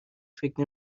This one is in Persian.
فکر